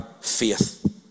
faith